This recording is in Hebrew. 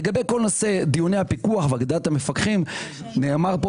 לגבי כל נושא הפיקוח ואגדת המפקחים נאמר פה